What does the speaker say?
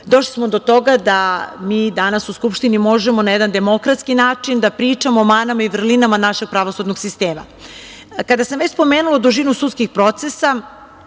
došli smo do toga da mi danas u Skupštini možemo na jedan demokratski način da pričamo o manama i vrlinama našeg pravosudnog sistema. Kada sam već spomenula dužinu sudskih procesa,